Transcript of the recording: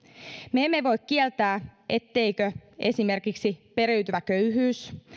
me emme voi kieltää etteikö esimerkiksi periytyvä köyhyys